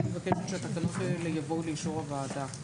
אני מבקשת שהתקנות האלה יבואו לאישור הוועדה.